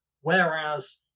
whereas